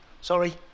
Sorry